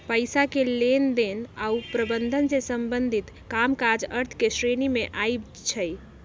पइसा के लेनदेन आऽ प्रबंधन से संबंधित काज अर्थ के श्रेणी में आबइ छै